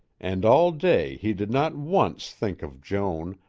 and all day he did not once think of joan,